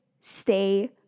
stay